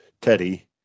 Teddy